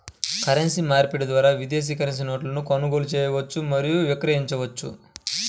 currency మార్పిడి ద్వారా విదేశీ కరెన్సీ నోట్లను కొనుగోలు చేయవచ్చు మరియు విక్రయించవచ్చు